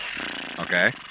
Okay